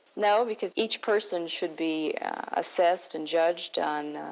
no, because each person should be assessed and judged on,